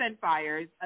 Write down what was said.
fires